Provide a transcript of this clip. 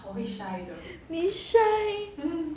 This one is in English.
你 shy